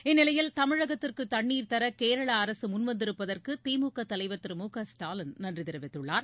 இந்நிலையில் தமிழகத்திற்கு தண்ணிர் தர கேரள அரசு முன்வந்திருப்பதற்கு திமுக தலைவர் திரு மு க ஸ்டாலின் நன்றி தெரிவித்துள்ளார்